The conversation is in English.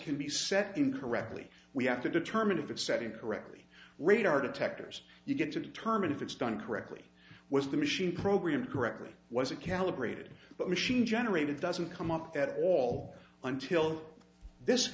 can be set incorrectly we have to determine if it's setting correctly radar detectors you get to determine if it's done correctly was the machine programmed correctly was it calibrated but machine generated doesn't come up at all until this